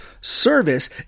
Service